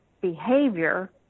behavior